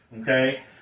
Okay